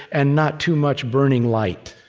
and not too much burning light.